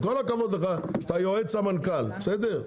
עם כל הכבוד לך שאתה יועץ המנכ"ל בסדר?